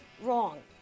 wrong